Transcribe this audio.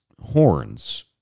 horns